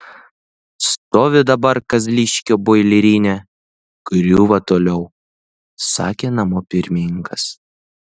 stovi dabar kazliškio boilerinė griūva toliau sakė namo pirmininkas